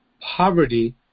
poverty